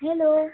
hello